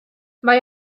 mae